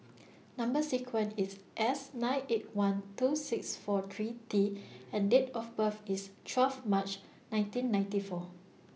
Number sequence IS S nine eight one two six four three T and Date of birth IS twelve March nineteen ninety four